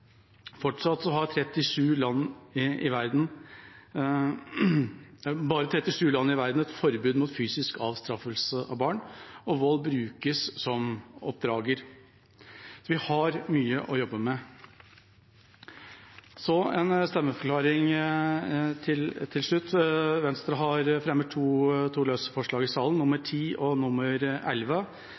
Fortsatt har bare 37 land i verden et forbud mot fysisk avstraffelse av barn, og vold brukes i oppdragelsen. Vi har mye å jobbe med. En stemmeforklaring til slutt: Venstre fremmer to forslag som er omdelt i salen, forslagene nr. 10 og